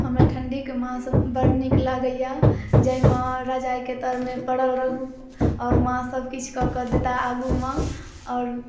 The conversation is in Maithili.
हमरा ठण्डी के मास बड नीक लागैया जाहिमे रजाइ के तर मे परल रहु आओर माँ सबकिछु कऽ कऽ देता आगू मे आओर